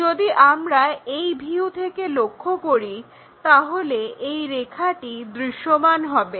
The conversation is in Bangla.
যদি আমরা এই ভিউ থেকে লক্ষ করি তাহলে এই রেখাটি দৃশ্যমান হবে